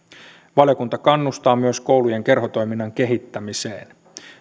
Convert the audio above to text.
valiokunta kannustaa myös koulujen kerhotoiminnan kehittämiseen